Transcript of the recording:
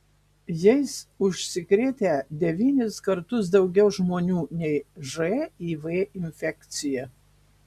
jais užsikrėtę devynis kartus daugiau žmonių nei živ infekcija